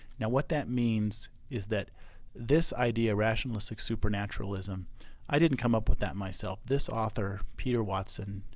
now what that means is that this idea rationalistic super naturalism i didn't come up with that myself. this author, peter watson,